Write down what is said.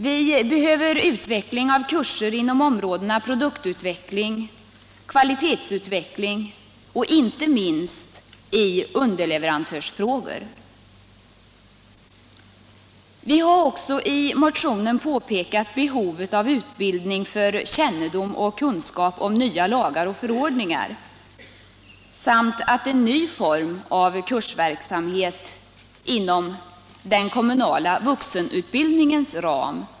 Vi behöver utveckling av kurser inom områdena produktutveckling, kvalitetsutveckling och inte minst underleverantörsfrågor. I motionen påpekar vi också behovet av utbildning för kunskap om nya lagar och förordningar och av utarbetandet av en ny form av kursverksamhet inom den kommunala vuxenutbildningens ram.